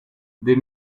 they